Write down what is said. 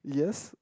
yes